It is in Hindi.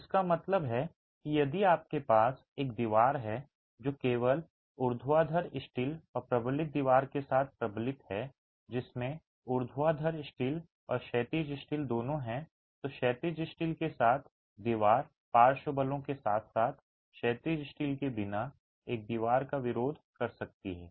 जिसका मतलब है कि यदि आपके पास एक दीवार है जो केवल ऊर्ध्वाधर स्टील और प्रबलित दीवार के साथ प्रबलित है जिसमें ऊर्ध्वाधर स्टील और क्षैतिज स्टील दोनों हैं तो क्षैतिज स्टील के साथ दीवार पार्श्व बलों के साथ साथ क्षैतिज स्टील के बिना एक दीवार का विरोध कर सकती है